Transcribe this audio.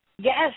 Yes